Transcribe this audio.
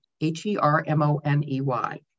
h-e-r-m-o-n-e-y